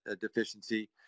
deficiency